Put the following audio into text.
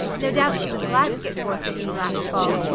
no doubt she was glad to get four-fifty last fall.